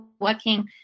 working